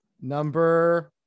Number